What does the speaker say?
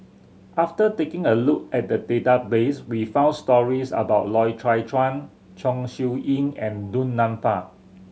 after taking a look at the database we found stories about Loy Chye Chuan Chong Siew Ying and Du Nanfa